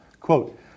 Quote